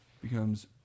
becomes